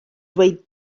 dweud